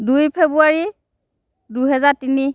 দুই ফেব্ৰুৱাৰী দুই হাজাৰ তিনি